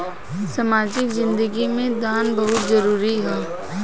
सामाजिक जिंदगी में दान बहुत जरूरी ह